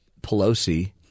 Pelosi